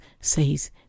says